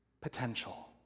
potential